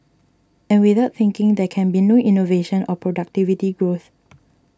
and without thinking there can be no innovation or productivity growth